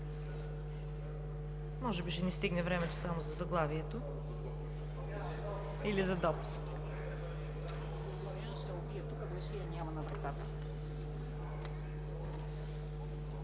Може би ще ни стигне времето само за заглавието или за допуска.